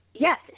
Yes